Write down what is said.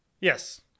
Yes